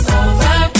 over